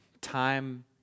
time